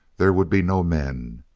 there would be no men.